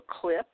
clip